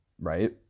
Right